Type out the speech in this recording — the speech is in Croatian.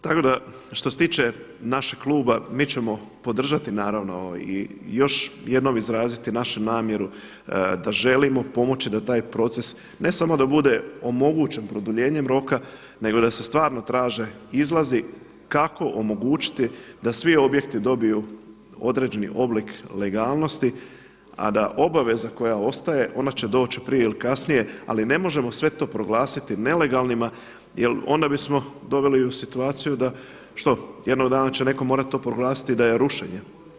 Tako da što se tiče našeg kluba mi ćemo podržati naravno i još jednom izraziti našu namjeru da želimo pomoći da taj proces ne samo da bude omogućen produljenjem roka nego da se stvarno traže izlazi kako omogućiti da svi objekti dobiju određeni oblik legalnosti a da obaveza koja ostaje ona će doći prije ili kasnije ali ne možemo sve to proglasiti nelegalnim jer onda bismo doveli u situaciju da što, jednog dana će netko to morati proglasiti da je rušenje.